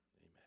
amen